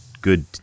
good